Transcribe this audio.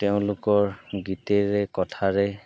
তেওঁলোকৰ গীতেৰে কথাৰে